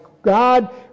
God